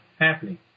happening